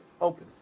open